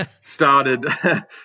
started